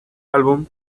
álbum